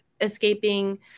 escaping